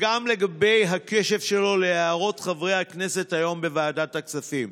גם לגבי הקשב שלו להערות חברי הכנסת היום בוועדת הכספים.